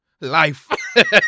life